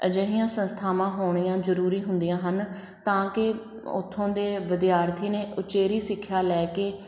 ਅਜਿਹੀਆਂ ਸੰਸਥਾਵਾਂ ਹੋਣੀਆਂ ਜ਼ਰੂਰੀ ਹੁੰਦੀਆਂ ਹਨ ਤਾਂ ਕਿ ਉੱਥੋਂ ਦੇ ਵਿਦਿਆਰਥੀ ਨੇ ਉਚੇਰੀ ਸਿੱਖਿਆ ਲੈ ਕੇ